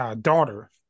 daughter